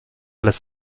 las